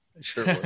sure